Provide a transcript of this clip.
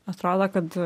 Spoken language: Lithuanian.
atrodo kad